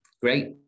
Great